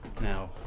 now